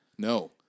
No